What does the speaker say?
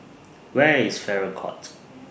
Where IS Farrer Court